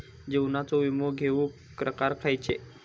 जीवनाचो विमो घेऊक प्रकार खैचे?